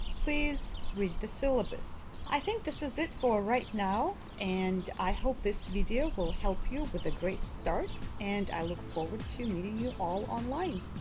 please read the syllabus. i think this is it for right now. and i hope this video will help you with a great start and i look forward to meeting you all online!